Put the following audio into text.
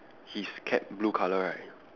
his cap blue colour right